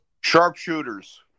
Sharpshooters